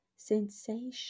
sensation